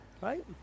right